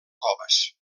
coves